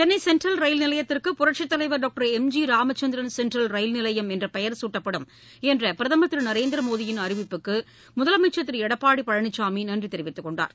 Chennai Central ரயில்நிலையத்திற்கு புரட்சித்தலைவர் doctor M G Ramachandran Central ரயில்நிலையம் என்று பெயர் குட்டப்படும் என்ற பிரதுர் திரு நரேந்திரமோடியின் அறிவிப்புக்கு முதலமைச்சர் திரு எடப்பாடி பழனிசாமி நன்றி தெரிவித்துக்கொண்டார்